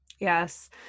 Yes